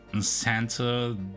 Santa